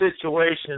situations